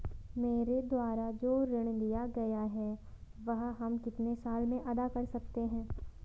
मेरे द्वारा जो ऋण लिया गया है वह हम कितने साल में अदा कर सकते हैं?